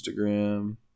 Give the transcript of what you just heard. Instagram